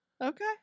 Okay